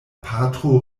patro